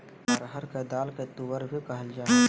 अरहर के दाल के तुअर भी कहल जाय हइ